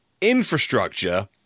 infrastructure